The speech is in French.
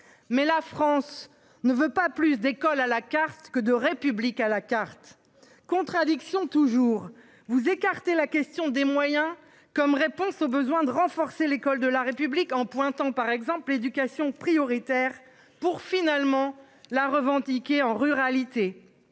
Mais la France ne veut pas plus d'école à la carte que de République à la carte contradiction toujours vous écarter la question des moyens comme réponse au besoin de renforcer l'école de la République en pointant par exemple l'éducation prioritaire pour finalement la revendiquer en ruralité.